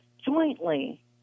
jointly